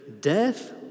death